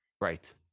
Right